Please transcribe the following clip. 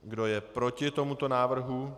Kdo je proti tomuto návrhu?